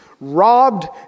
robbed